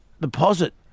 deposit